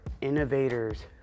innovators